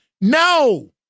No